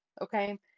okay